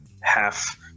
half